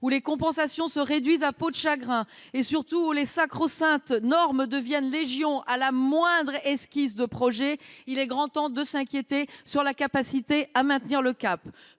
où les compensations se réduisent à peau de chagrin et surtout où les sacro saintes normes deviennent légion à la moindre esquisse de projet, il est grand temps de s’inquiéter sur la capacité à maintenir le cap.